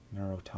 neurotoxin